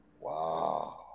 wow